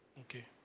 Okay